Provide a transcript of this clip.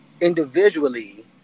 individually